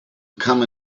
come